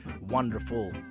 wonderful